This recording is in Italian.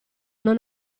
non